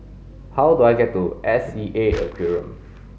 how do I get to S E A Aquarium